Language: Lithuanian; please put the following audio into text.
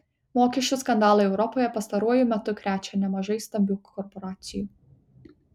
mokesčių skandalai europoje pastaruoju metu krečia nemažai stambių korporacijų